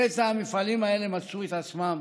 לפתע המפעלים האלה מצאו את עצמם